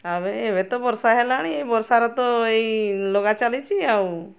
ଆଉ ଏବେ ତ ବର୍ଷା ହେଲାଣି ବର୍ଷାର ତ ଏଇ ଲଗା ଚାଲିଛି ଆଉ